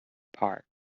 part